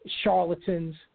charlatans